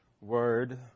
word